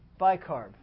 bicarb